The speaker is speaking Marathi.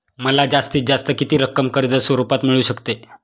मला जास्तीत जास्त किती रक्कम कर्ज स्वरूपात मिळू शकते?